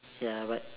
ya but